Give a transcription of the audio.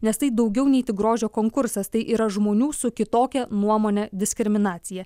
nes tai daugiau nei tik grožio konkursas tai yra žmonių su kitokia nuomone diskriminacija